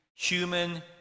Human